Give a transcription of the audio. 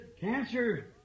cancer